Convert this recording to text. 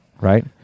right